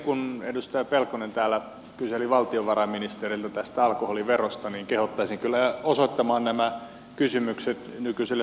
kun edustaja pelkonen täällä kyseli valtiovarainministeriltä tästä alkoholiverosta niin kehottaisin kyllä osoittamaan nämä kysymykset nykyiselle pääministerille kataiselle